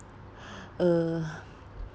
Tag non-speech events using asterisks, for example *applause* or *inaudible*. *breath* a